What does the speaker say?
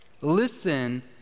Listen